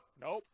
Nope